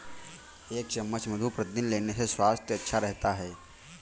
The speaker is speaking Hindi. एक चम्मच मधु प्रतिदिन लेने से स्वास्थ्य अच्छा रहता है